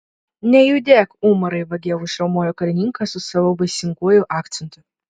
nejudėk umarai vagie užriaumojo karininkas su savo baisinguoju akcentu